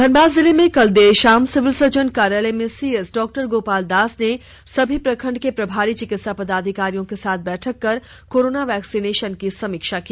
धनबाद जिले में कल देर शाम सिविल सर्जन कार्यालय में सीएस डॉ गोपाल दास ने सभी प्रखंड के प्रभारी चिकित्सा पदाधिकारियों के साथ बैठक कर कोरोना वैक्सीनेशन की समीक्षा की